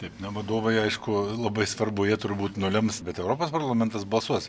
taip na vadovai aišku labai svarbu jie turbūt nulems bet europos parlamentas balsuos